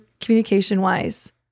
communication-wise